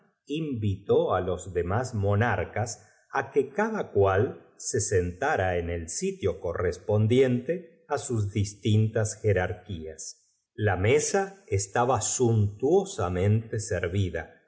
invitó á los demás monarcas n que cada cual se sentara en el sitio correspondi jjjto á sus distinta s jerarqulas la mesa estaba suntuosamente servida